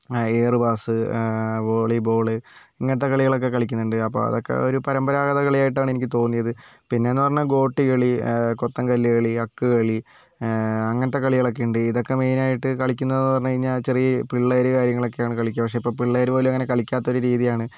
air pass volleyball ഇങ്ങനത്തെ കളികളൊക്കെ കളിക്കുന്നുണ്ട് അപ്പോൾ അതൊക്കെ ഒരു പരമ്പരാഗത കളിയായിട്ടാണ് എനിക്ക് തോന്നിയത് പിന്നെ എന്ന് പറഞ്ഞാൽ ഗോട്ടികളി കൊത്തങ്കല്ല് കളി അക്ക് കളി അങ്ങനത്തെ കളികളൊക്കെയുണ്ട് ഇതൊക്കെ മെയിൻ ആയിട്ട് കളിക്കുന്നതെന്ന് പറഞ്ഞുകഴിഞ്ഞാൽ ചെറിയ പിള്ളേർ കാര്യങ്ങളൊക്കെയാണ് കളിക്കുക പക്ഷേ ഇപ്പോൾ പിള്ളേർ പോലും അങ്ങനെ കളിക്കാത്ത ഒരു രീതിയാണ്